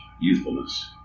youthfulness